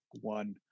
one